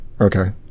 okay